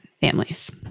families